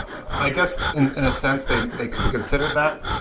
i guess in a sense they they could be considered that.